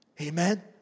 Amen